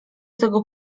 tego